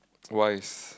wise